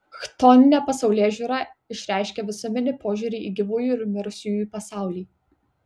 chtoninė pasaulėžiūra išreiškia visuminį požiūrį į gyvųjų ir mirusiųjų pasaulį